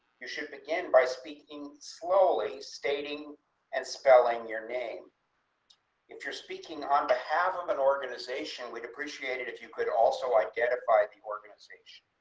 you should begin by speaking slowly stating and spelling. your name if you're speaking on behalf of an organization would appreciate it if you could also identify the organization.